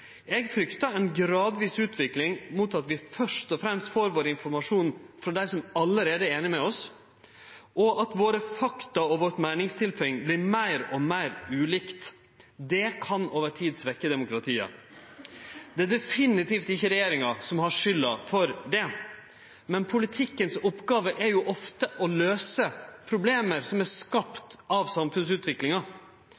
Eg fryktar ei gradvis utvikling mot at vi først og fremst får informasjonen vår frå dei som allereie er einige med oss, og at våre fakta og vårt meiningstilfang vert meir og meir ulike. Det kan over tid svekkje demokratiet. Det er definitivt ikkje regjeringa som har skylda for det, men politikken si oppgåve er jo ofte å løyse problem som er